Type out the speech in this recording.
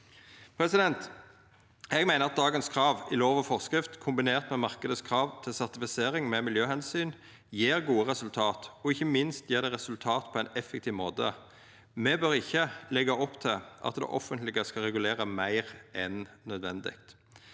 i skogen. Eg meiner at dagens krav i lov og forskrift, kombinert med krava i marknaden til sertifisering med miljøomsyn, gjev gode resultat, og ikkje minst gjev det resultat på ein effektiv måte. Me bør ikkje leggja opp til at det offentlege skal regulera meir enn nødvendig.